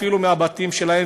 אפילו מהבתים שלהם,